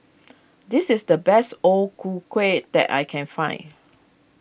this is the best O Ku Kueh that I can find